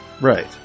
Right